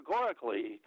categorically